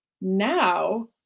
Now